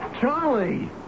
Charlie